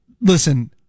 Listen